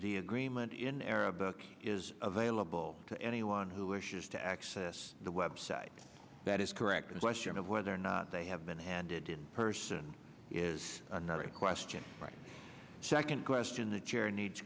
the agreement in arabic is available to anyone who wishes to access the web site that is correct and western of whether or not they have been handed in person is another question second question the chair needs